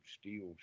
steel